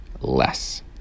Less